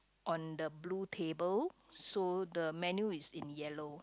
on the blue table so the menu is in yellow